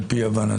על פי הבנתי.